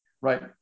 right